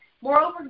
Moreover